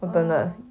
err